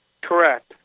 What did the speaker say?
Correct